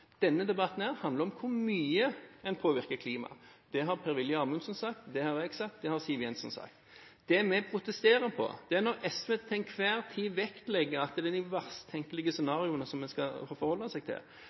Denne debatten handler om hvor mye en påvirker klimaet. Det har Per-Willy Amundsen sagt, det har jeg sagt, det har Siv Jensen sagt. Det vi protesterer på, er når SV til enhver tid vektlegger at det er de verst tenkelige scenarioene en skal forholde seg til.